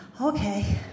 okay